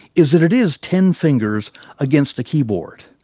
is that it is ten fingers against a keyboard,